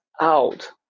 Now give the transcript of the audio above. out